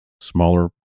smaller